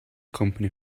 company